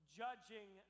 judging